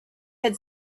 had